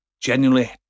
genuinely